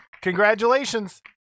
Congratulations